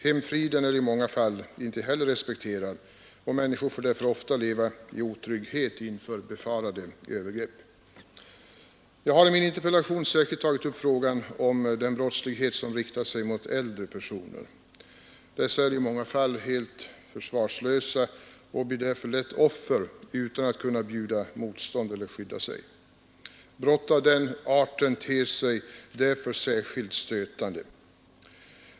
Hemfriden är i många fall inte heller respekterad. Människor får därför ofta leva i otrygghet inför befarade övergrepp. Jag har i min interpellation särskilt tagit upp frågan om den brottslighet som riktar sig mot äldre personer. Dessa är i många fall helt försvarslösa och blir därför lätt offer utan att kunna bjuda motstånd eller kunna skydda sig. Brott av denna art ter sig därför särskilt stötande.